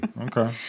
Okay